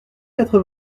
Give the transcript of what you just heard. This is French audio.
quatre